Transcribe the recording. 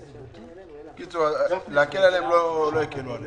בקיצור, להקל עליהם, לא הקלו עליהם.